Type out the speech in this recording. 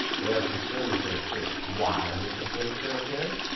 they are concerned with their appearance, why are they concerned with their appearance?